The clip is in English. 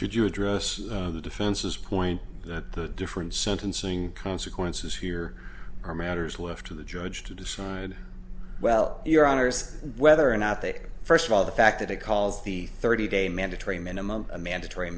could you address the defense's point that the different sentencing consequences here are matters will have to the judge to decide well your honour's whether or not they first of all the fact that it calls the thirty day mandatory minimum mandatory